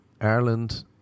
Ireland